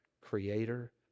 creator